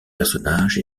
personnage